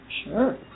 Sure